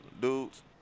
dudes